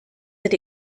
that